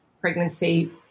pregnancy